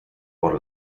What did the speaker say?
por